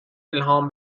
الهام